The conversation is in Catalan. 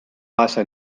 passa